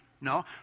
No